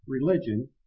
religion